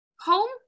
home